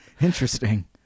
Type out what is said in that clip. interesting